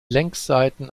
längsseiten